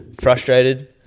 frustrated